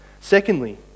Secondly